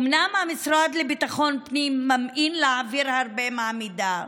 אומנם המשרד לביטחון פנים ממאן להעביר הרבה מהמידע,